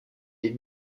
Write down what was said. les